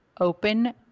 open